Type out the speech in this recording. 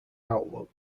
outlook